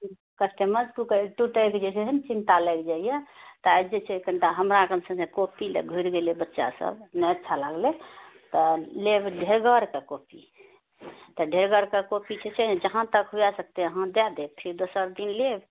customer टूटैके जे छै ने चिंता लगि जाइए तऽ आइ जे छै कनिटा हमरा कॉपी लए घुरि गेलै बच्चा सब नहि अच्छा लागलै तऽ लेब ढेहगर कऽ कॉपी तऽ ढ़ेहगर क कॉपी जे छै ने जहाँतक हुआ ने से अहाँ दए देब फेर दोसर दिन लेब